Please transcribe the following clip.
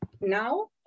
now